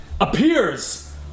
appears